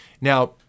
Now